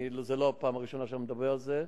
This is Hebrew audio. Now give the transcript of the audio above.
זו לא פעם ראשונה שאני מדבר על זה,